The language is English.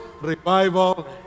revival